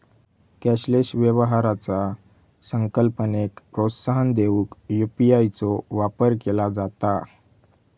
cashless व्यवहाराचा संकल्पनेक प्रोत्साहन देऊक यू.पी.आय चो वापर केला जाता